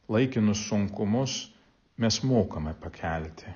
laikinus sunkumus mes mokame pakelti